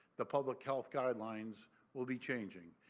the public health guidelines will be changing.